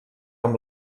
amb